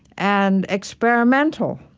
and experimental.